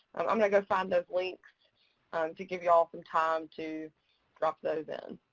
i'm going to go find those links to give y'all some time to drop those in.